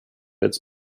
its